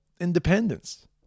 independence